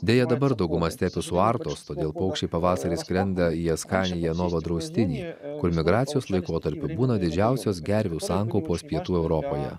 deja dabar dauguma stepių suartos todėl paukščiai pavasarį skrenda į askanija nova draustinį kur migracijos laikotarpiu būna didžiausios gervių sankaupos pietų europoje